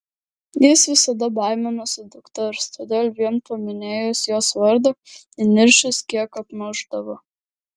jis visada baiminosi dukters todėl vien paminėjus jos vardą įniršis kiek apmalšdavo